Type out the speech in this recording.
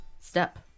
step